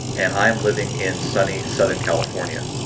and i am living in sunny southern california.